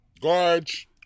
Gorge